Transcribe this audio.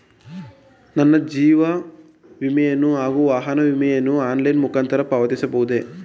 ನನ್ನ ಜೀವ ವಿಮೆಯನ್ನು ಹಾಗೂ ವಾಹನ ವಿಮೆಯನ್ನು ಆನ್ಲೈನ್ ಮುಖಾಂತರ ಪಾವತಿಸಬಹುದೇ?